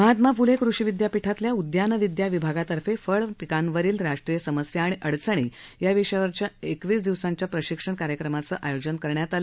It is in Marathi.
महात्मा फ्ले कृषी विद्यापीठातल्या उद्यानविद्या विभागातर्फे फळ पिकांवरील राष्ट्रीय समस्या आणि अडचणी विषयावरील एकवीस दिवसांच्या प्रशिक्षण कार्यक्रमाचं आयोजन करण्यात आलं